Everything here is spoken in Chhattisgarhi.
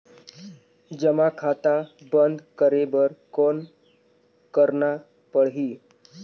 जमा खाता बंद करे बर कौन करना पड़ही?